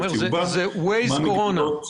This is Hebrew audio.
צהובה וכן האלה,